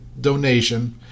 donation